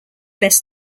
best